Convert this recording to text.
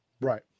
Right